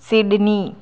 Sydney